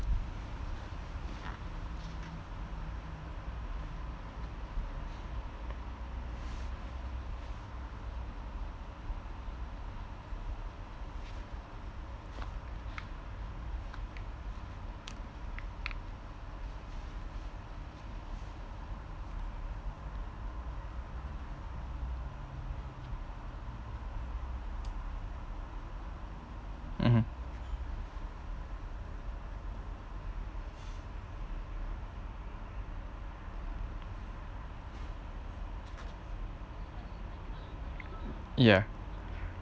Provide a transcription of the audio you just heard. (uh huh) ya